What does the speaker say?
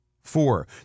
Four